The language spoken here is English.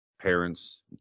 Parents